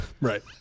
Right